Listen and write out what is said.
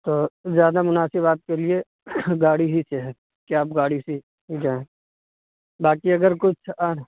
تو زیادہ مناسب آپ کے لیے گاڑی ہی سے ہے کہ آپ گاڑی سے ہی جائیں باقی اگر کچھ